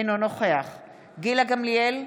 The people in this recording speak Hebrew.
אינו נוכח גילה גמליאל,